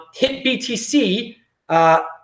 HitBTC